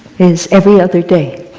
is every other day.